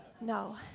No